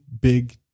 big